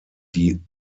die